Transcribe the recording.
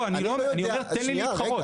לא, אני אומר תן לי להתחרות.